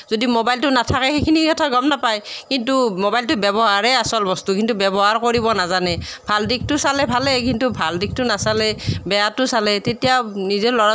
যদি মোবাইলটো নাথাকে সেইখিনি কথা গম নাপায় কিন্তু মোবাইলটো ব্যৱহাৰেই আচল বস্তু কিন্তু ব্যৱহাৰ কৰিব নাজানে ভাল দিশটো চালে ভালেই কিন্তু ভাল দিশটো নাচালে বেয়াটো চালে তেতিয়া নিজৰ